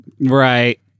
Right